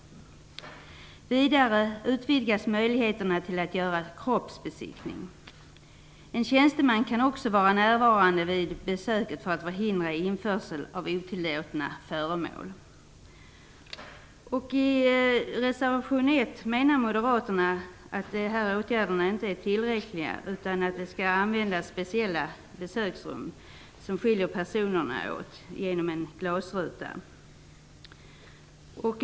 Vidare utvidgas möjligheterna till att göra kroppsbesiktning. En tjänsteman kan också vara närvarande vid besöket för att förhindra införsel av otillåtna föremål. Enligt reservation 1 menar moderaterna att de här åtgärderna inte är tillräckliga utan att speciella besöksrum skall användas där personerna skiljs åt genom en glasruta.